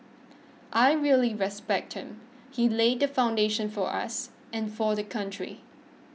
I really respect him he laid foundation for us and for the country